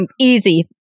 Easy